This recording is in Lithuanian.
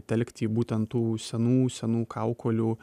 telkti į būtent tų senų senų kaukolių